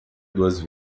duas